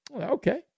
Okay